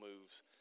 moves